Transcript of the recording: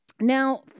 Now